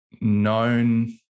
known